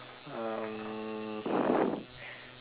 um